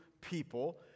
people